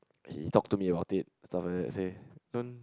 he talked to me about it so after that say don't